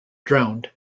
drowned